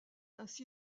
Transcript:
ainsi